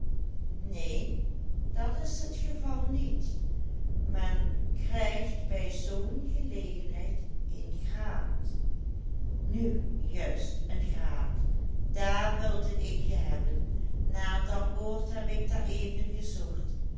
neen dat's t geval niet men krijgt bij zoo'n gelegenheid een graad nu juist een graad daar wilde ik je hebben naar dat woord heb ik daareven gezocht